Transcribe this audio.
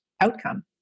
outcome